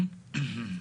נקודה.